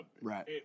Right